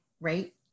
right